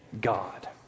God